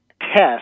test